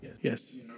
Yes